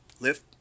lift